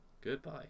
Goodbye